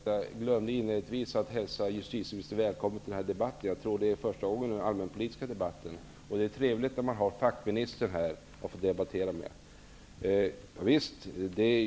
Herr talman! Jag glömde inledningsvis att hälsa justitieministern välkommen till denna debatt. Jag tror att det är första gången hon deltar i den allmänpolitiska debatten. Det är trevligt att ha en fackminister att debattera med. Visst!